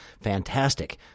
fantastic